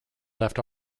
left